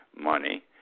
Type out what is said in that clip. money